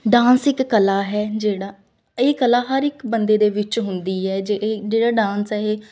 dance ਇੱਕ ਕਲਾ ਹੈ ਜਿਹੜਾ ਇਹ ਕਲਾ ਹਰ ਇੱਕ ਬੰਦੇ ਦੇ ਵਿੱਚ ਹੁੰਦੀ ਹੈ ਜੇ ਇਹ ਜਿਹੜਾ ਡਾਂਸ ਹੈ ਇਹ